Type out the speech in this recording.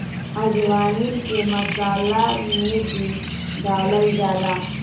अजवाईन के मसाला में भी डालल जाला